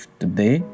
today